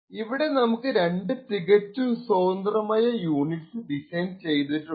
ഇവിടെ നമുക്ക് രണ്ടു തികച്ചും സ്വതന്ത്രമായ യൂണിറ്സ് ഡിസൈൻ ചെയ്തിട്ടുണ്ട്